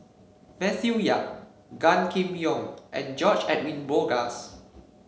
Matthew Yap Gan Kim Yong and George Edwin Bogaars